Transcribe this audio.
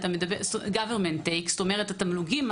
זאת אומרת תמלוגים,